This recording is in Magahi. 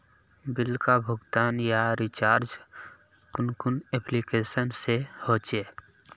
बिल का भुगतान या रिचार्ज कुन कुन एप्लिकेशन से होचे?